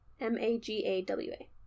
M-A-G-A-W-A